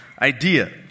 idea